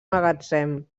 magatzem